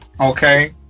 okay